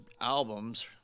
albums